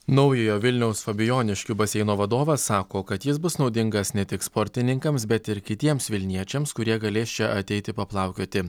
naujojo vilniaus fabijoniškių baseino vadovas sako kad jis bus naudingas ne tik sportininkams bet ir kitiems vilniečiams kurie galės čia ateiti paplaukioti